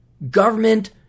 Government